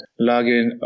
login